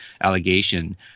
allegation